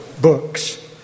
books